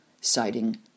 Citing